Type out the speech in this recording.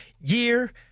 year